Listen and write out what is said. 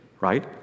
right